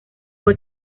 fue